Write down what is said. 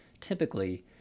typically